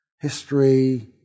history